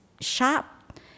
sharp